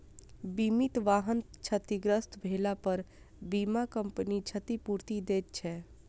बीमित वाहन क्षतिग्रस्त भेलापर बीमा कम्पनी क्षतिपूर्ति दैत छै